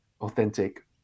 authentic